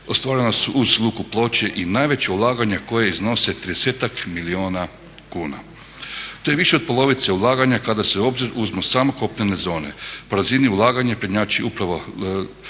ostvarena su uz luku Ploče i najveća ulaganja koja iznose tridesetak milijuna kuna. To je više od polovice ulaganja kada se u obzir uzmu samo kopnene zone. Po razini ulaganja prednjači upravo